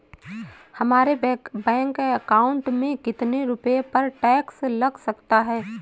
हमारे bank account में कितने रुपये पर टैक्स लग सकता है?